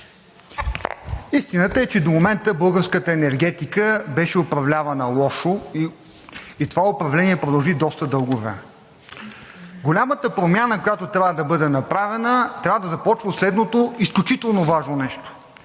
Истината е, че до момента българската енергетика беше управлявана лошо и това управление продължи доста дълго време. Голямата промяна, която трябва да бъде направена, трябва да започва от следното изключително важно нещо